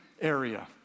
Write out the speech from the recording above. area